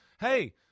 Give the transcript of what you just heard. hey